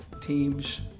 teams